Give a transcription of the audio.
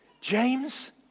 James